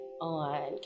on